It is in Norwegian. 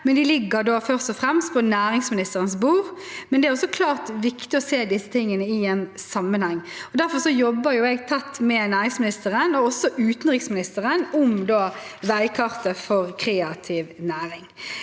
de lig ger først og fremst på næringsministerens bord. Men det er så klart viktig å se disse tingene i en sammenheng. Derfor jobber jeg tett med næringsministeren, og også utenriksministeren, om veikartet for kreativ næring.